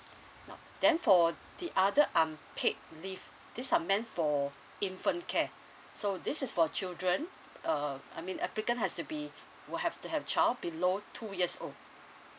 now then for the other unpaid leaves these are meant for infant care so this is for children uh I mean applicant has to be who have to have a child below two years old